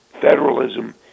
federalism